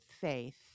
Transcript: faith